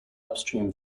upstream